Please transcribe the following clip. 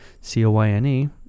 C-O-Y-N-E